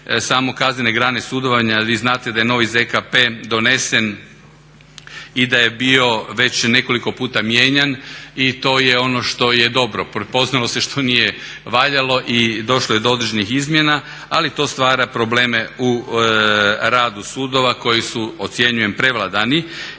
samo kaznene grane sudovanja vi znate da je novi ZKP donesen i da je bio već nekoliko puta mijenjan i to je ono što je dobro, prepoznalo se što nije valjalo i došlo je određenih izmjena ali to stvara probleme u radu sudova koji su ocjenjujem prevladani.